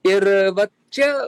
ir vat čia